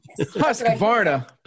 Husqvarna